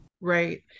Right